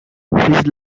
his